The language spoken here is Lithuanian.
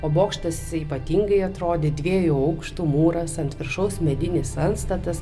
o bokštas jisai ypatingai atrodė dviejų aukštų mūras ant viršaus medinis antstatas